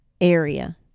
area